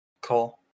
Cool